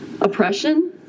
oppression